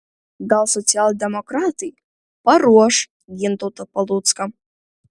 gal socialdemokratai paruoš gintautą palucką